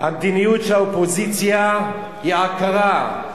המדיניות של האופוזיציה היא עקרה.